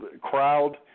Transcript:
crowd